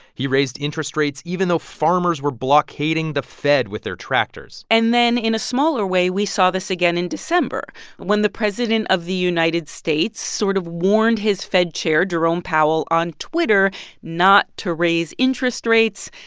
he raised interest rates even though farmers were blockading the fed with their tractors and then, in a smaller way, we saw this again in december when the president of the united states sort of warned his fed chair, jerome powell, on twitter not to raise interest rates,